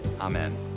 Amen